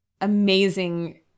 amazing